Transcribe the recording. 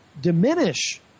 diminish